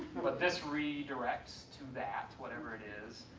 but this redirects to that, whatever it is,